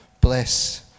bless